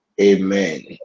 Amen